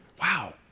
Wow